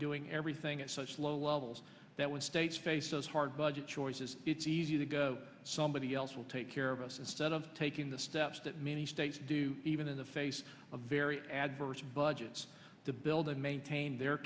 doing everything at such low levels that when states faces hard budget choices it's easy to go somebody else will take care of us instead of taking the steps that many states do even in the face of very adverse budgets to build and maintain their